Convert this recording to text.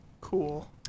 Cool